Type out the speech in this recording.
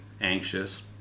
anxious